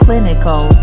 Clinical